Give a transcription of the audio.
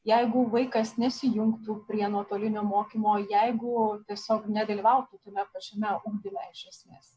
jeigu vaikas nesijungtų prie nuotolinio mokymo jeigu tiesiog nedalyvautų tame pačiame ugdyme iš esmės